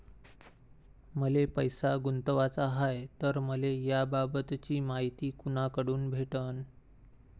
मले पैसा गुंतवाचा हाय तर मले याबाबतीची मायती कुनाकडून भेटन?